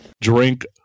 Drink